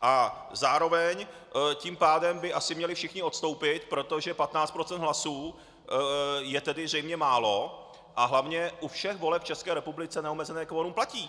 a zároveň tím pádem by asi měli všichni odstoupit, protože 15 % hlasů je tedy zřejmě málo a hlavně u všech voleb v České republice neomezené kvorum platí.